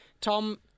Tom